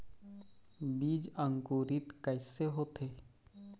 बीज अंकुरित कैसे होथे?